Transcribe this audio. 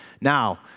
Now